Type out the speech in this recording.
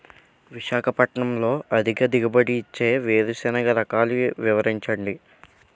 విశాఖపట్నంలో అధిక దిగుబడి ఇచ్చే వేరుసెనగ రకాలు వివరించండి?